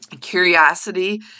curiosity